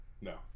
No